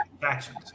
factions